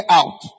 out